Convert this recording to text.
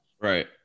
right